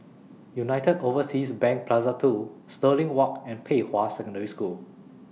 United Overseas Bank Plaza two Stirling Walk and Pei Hwa Secondary School